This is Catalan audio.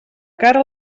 cara